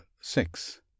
six